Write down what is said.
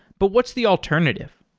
but what's the alternative?